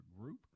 group